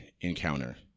encounter